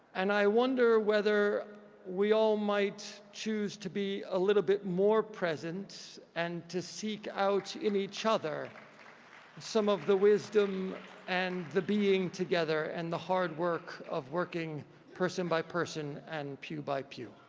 and i wonder whether we all might choose to be a little bit more present and to seek out in each other some of the wisdom and the being together and the hard work of working person by person and pew by pew.